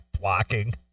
Blocking